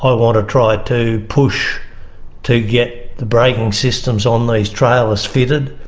i want to try to push to get the braking systems on these trailers fitted,